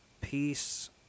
peace